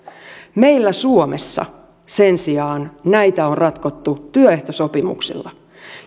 meillä suomessa sen sijaan näitä on ratkottu työehtosopimuksilla